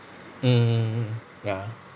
mmhmm mm ya